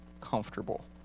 comfortable